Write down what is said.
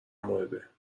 مورد